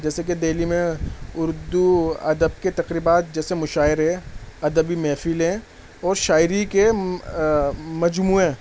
جیسے کہ دہلی میں اردو ادب کے تقریبات جیسے مشاعرے ادبی محفلیں اور شاعری کے مجموعے